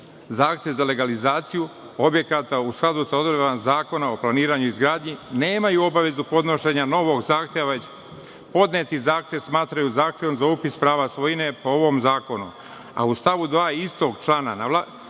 zahtev za legalizaciju objekata u skladu sa odredbama Zakona o planiranju i izgradnji nemaju obavezu podnošenja novog zahteva, već podneti zahtev smatraju zahtevom za upis prava svojine po ovom zakonu. U stavu 2. istog člana vlasnici